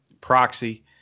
Proxy